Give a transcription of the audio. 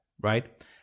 right